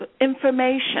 information